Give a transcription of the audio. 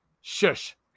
shush